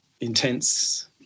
intense